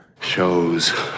shows